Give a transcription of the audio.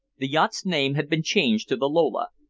the yacht's name had been changed to the lola,